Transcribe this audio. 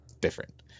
different